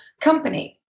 company